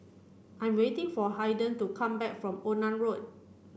I'm waiting for Haiden to come back from Onan Road